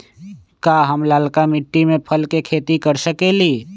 का हम लालका मिट्टी में फल के खेती कर सकेली?